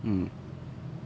mm